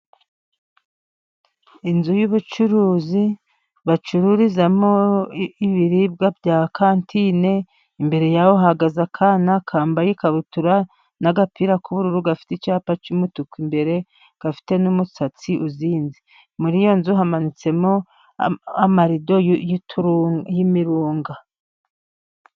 Inzu y'ubucuruzi bacururizamo ibiribwa bya kantine, imbere yaho hahagaze akana kambaye ikabutura n'agapira k'ubururu, gafite icyapa cy'umutuku imbere, gafite n'umusatsi uzinze, muri ya nzu hamanitsemo amarido y'imirunga.